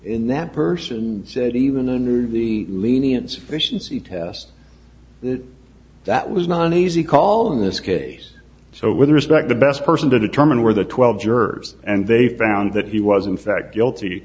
in that person said even under the lenient sufficiency test that was not an easy call in this case so with respect the best person to determine where the twelve jurors and they found that he was in fact guilty